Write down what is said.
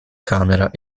camera